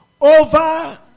over